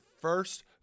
first